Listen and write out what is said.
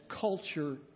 culture